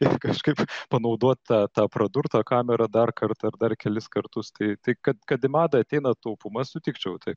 ir kažkaip panaudot tą tą pradurtą kamerą dar kartą ar dar kelis kartus tai tai kad kad į madą ateina taupumas sutikčiau tai